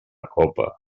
copa